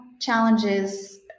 challenges